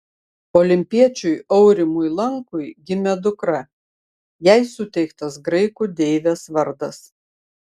olimpiečiui aurimui lankui gimė dukra jai suteiktas graikų deivės vardas